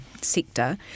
sector